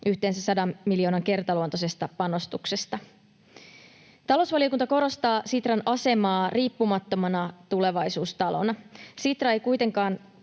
yhteensä 100 miljoonan kertaluontoisesta panoksesta. Talousvaliokunta korostaa Sitran asemaa riippumattomana tulevaisuustalona. Sitra ei kuitenkaan